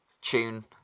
tune